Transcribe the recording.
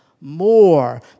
more